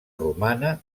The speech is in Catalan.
romana